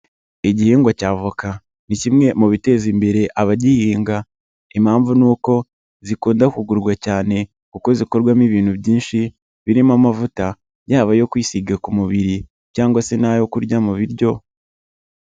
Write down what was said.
Igihingwa cy'avoka ni kimwe mu biteza imbere abagihinga, impamvu ni uko zikunda kugurwa cyane kuko zikorwamo ibintu byinshi birimo amavuta, yaba ayo kwisiga ku mubiri cyangwa se n'ayo kurya mu biryo.